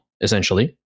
essentially